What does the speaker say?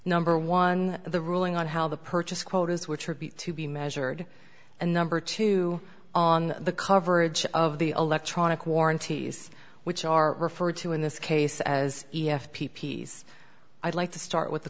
number one the ruling on how the purchase quotas which are to be measured and number two on the coverage of the electronic warranties which are referred to in this case as e f p p's i'd like to start with the